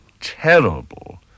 terrible